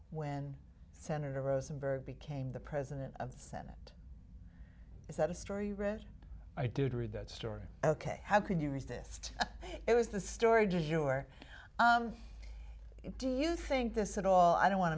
when senator rosenberg became the president of the senate is that a story rich i did read that story ok how could you resist it was the story do you or do you think this it all i don't want